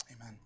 amen